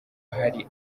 hari